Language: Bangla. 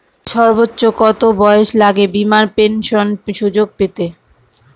সর্বোচ্চ কত বয়স লাগে বীমার পেনশন সুযোগ পেতে?